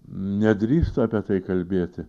nedrįstu apie tai kalbėti